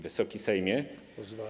Wysoki Sejmie!